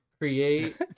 create